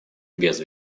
без